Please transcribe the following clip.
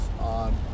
on